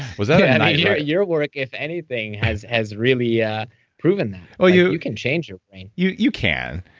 was that and your ah your work, if anything, has has really yeah proven that well, you. you can change your brain you you can.